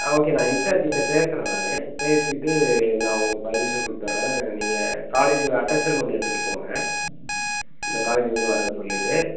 okay நான் இன்சார்ஜ்க்கிட்ட பேசுகிறேன் நான் பேசிவிட்டு நான் உங்களுக்குப் பர்மிஷன் கொடுத்துறேன் நீங்கள் காலேஜ் அட்டஸ்டேடு ஒன்று எடுத்துட்டுப் போங்க இந்தக் காலேஜில் இருந்து வர்றேனு சொல்லிவிட்டு